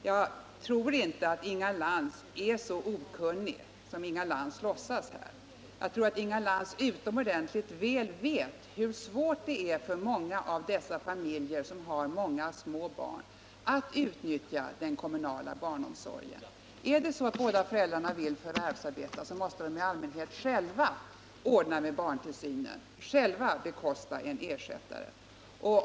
Jag tror inte att Inga Lantz är så okunnig som hon vill framstå här. Jag tror att hon utomordentligt väl vet hur svårt det är för många av de familjer som har många småbarn att utnyttja den kommunala barnomsorgen. Är det så att båda föräldrarna vill förvärvsarbeta, då måste de i allmänhet själva ordna med barntillsynen och själva bekosta en ersättare.